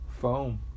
phone